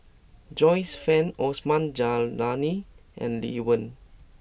Joyce Fan Osman Zailani and Lee Wen